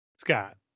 Scott